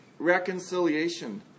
reconciliation